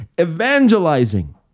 evangelizing